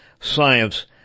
science